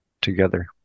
together